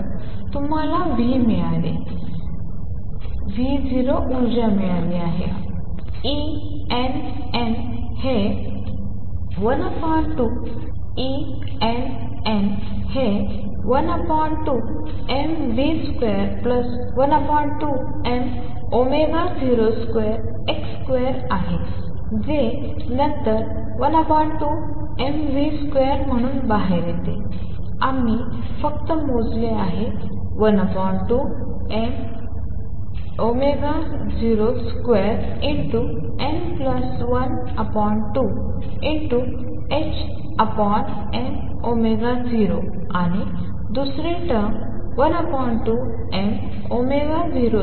तर तुम्हाला v मिळाले आहे आम्हाला 0 ऊर्जा मिळाली आहे Enn हे 12mv212m02x2 आहे जे नंतर 12mv2 म्हणून बाहेर येते आम्ही फक्त मोजले आहे 12mω02n12 ℏm0 आणि दुसरी टर्म12mω02n12 ℏm0